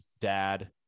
dad